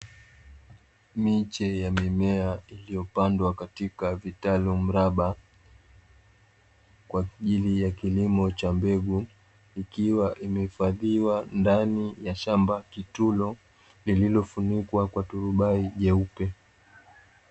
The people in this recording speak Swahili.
Miche ya mimea iliyopandwa katika vitalu mraba kwaajili ya kilimo cha mbegu, ikiwa imehifadhiwa ndani ya shamba kitulo lililofunikwa kwa turubai jeupe.